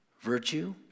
virtue